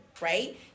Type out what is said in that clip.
right